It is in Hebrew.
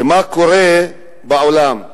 מה קורה בעולם.